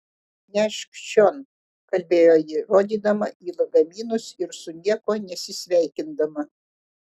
nešk čion kalbėjo ji rodydama į lagaminus ir su niekuo nesisveikindama